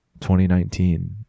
2019